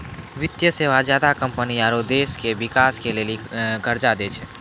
वित्तीय सेवा ज्यादा कम्पनी आरो देश के बिकास के लेली कर्जा दै छै